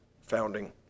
founding